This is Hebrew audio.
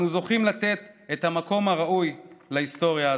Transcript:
אנו זוכים לתת את המקום הראוי להיסטוריה הזו.